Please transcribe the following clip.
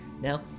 now